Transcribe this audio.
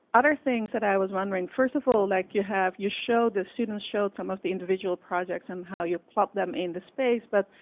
other things that i was wondering, first of all, like you have, you show the students show some of the individual project and how you plop them in the space, but,